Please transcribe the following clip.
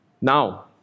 Now